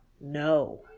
No